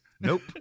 nope